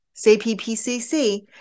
CPPCC